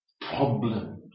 problems